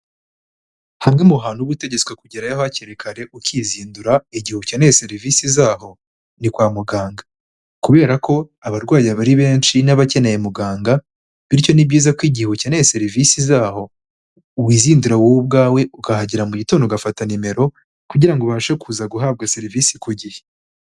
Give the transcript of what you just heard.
Hamwe mu hantu uba utegetswe kugerayo hakiri kare, ukizindura, igihe ukeneye serivisi zaho, ni kwa muganga kubera ko abarwayi aba ari benshi n'abakeneye muganga, bityo ni byiza ko igihe ukeneye serivisi zaho, wizindura wowe ubwawe ukahagera mu gitondo ugafata nimero kugira ngo ubashe kuza guhabwa serivisi ku gihe.